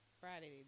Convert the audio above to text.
Friday